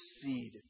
seed